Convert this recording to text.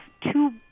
two